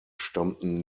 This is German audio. stammten